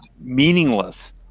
meaningless